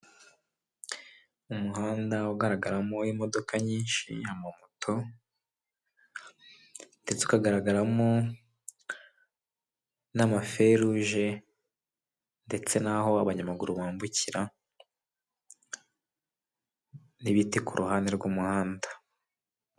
Umuhanda ugaragaramo imodoka nyinshi amamoto, ndetse ukagaragaramo n'amaferuje ndetse n'aho abanyamaguru bambukira' n'ibiti kuruhande rw'umuhanda.